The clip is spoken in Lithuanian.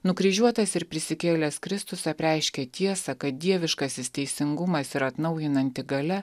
nukryžiuotas ir prisikėlęs kristus apreiškė tiesą kad dieviškasis teisingumas ir atnaujinanti galia